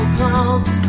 clouds